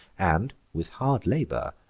and, with hard labor,